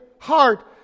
heart